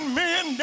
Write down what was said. men